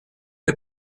est